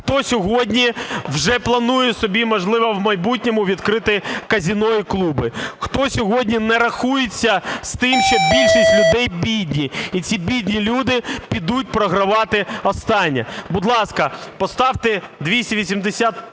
хто сьогодні вже планує собі, можливо, в майбутньому відкрити казино і клуби, хто сьогодні не рахується з тим, що більшість людей бідні. І ці бідні люди підуть програвати останнє. Будь ласка, поставте 289